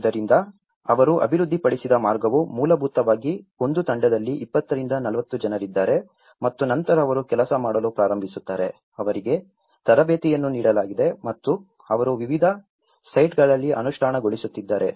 ಆದ್ದರಿಂದ ಅವರು ಅಭಿವೃದ್ಧಿಪಡಿಸಿದ ಮಾರ್ಗವು ಮೂಲಭೂತವಾಗಿ ಒಂದು ತಂಡದಲ್ಲಿ 20 ರಿಂದ 40 ಜನರಿದ್ದಾರೆ ಮತ್ತು ನಂತರ ಅವರು ಕೆಲಸ ಮಾಡಲು ಪ್ರಾರಂಭಿಸುತ್ತಾರೆ ಅವರಿಗೆ ತರಬೇತಿಯನ್ನು ನೀಡಲಾಗಿದೆ ಮತ್ತು ಅವರು ವಿವಿಧ ಸೈಟ್ಗಳಲ್ಲಿ ಅನುಷ್ಠಾನಗೊಳಿಸುತ್ತಿದ್ದಾರೆ